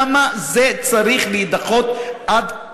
למה זה צריך להידחות עד